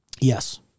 Yes